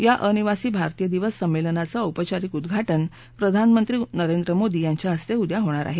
या अनिवासी भारतीय दिवस संमेलनाचं औपचारीक उदघाटन प्रधानमंत्री नरेंद्र मोदी यांच्या हस्ते उद्या होणार आहे